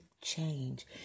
change